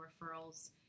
referrals